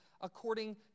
according